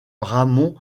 ramón